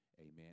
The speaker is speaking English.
amen